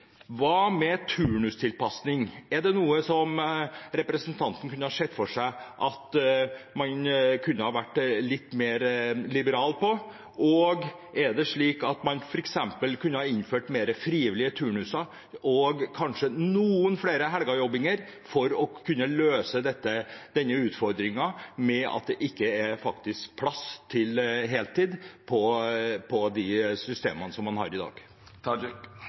Hva med turnustilpasning? Er det noe som representanten kunne sett for seg at man kunne vært litt mer liberal på? Og er det slik at man f.eks. kunne ha innført mer frivillige turnuser og kanskje noe oftere helgejobbing for å kunne løse denne utfordringen med at det ikke er plass til heltid i de systemene man har i dag?